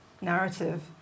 narrative